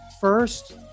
first